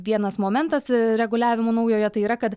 vienas momentas reguliavimo naujojo tai yra kad